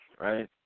Right